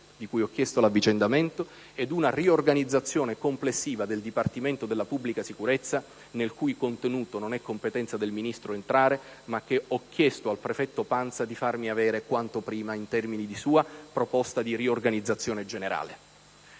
della pubblica sicurezza e una riorganizzazione complessiva del Dipartimento della pubblica sicurezza, nel cui contenuto non è competenza del Ministro entrare. Tuttavia, ho chiesto al prefetto Pansa di farmi avere quanto prima una sua proposta di riorganizzazione generale.